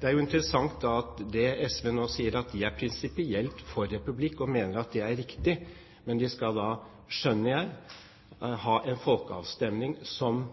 Det er interessant at SV nå sier at de er prinsipielt for republikk og mener at det er riktig, men de – skjønner jeg – vil ha folkeavstemning som